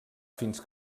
fins